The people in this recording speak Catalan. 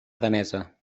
danesa